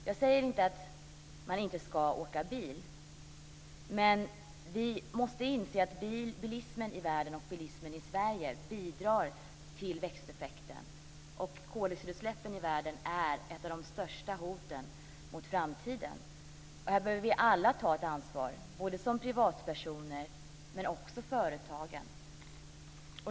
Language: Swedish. Jag säger inte att man inte ska åka bil, men vi måste inse att bilismen i världen och i Sverige bidrar till växthuseffekten, och koldioxidutsläppen i världen är ett av de största hoten mot framtiden. Här behöver vi alla ta ett ansvar, både privatpersoner och företag.